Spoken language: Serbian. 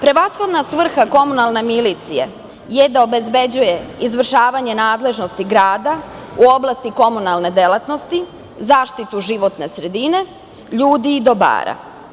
Prevashodna svrha komunalne milicije je da obezbeđuje izvršavanje nadležnosti grada u oblasti komunalne delatnosti, zaštitu životne sredine, ljudi i dobara.